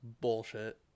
bullshit